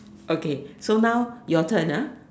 okay so now your turn ah